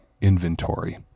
inventory